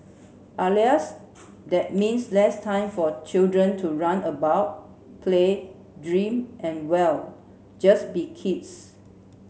alas that means less time for children to run about play dream and well just be kids